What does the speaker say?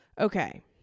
okay